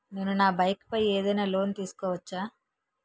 నేను నా బైక్ పై ఏదైనా లోన్ తీసుకోవచ్చా?